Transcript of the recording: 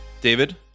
David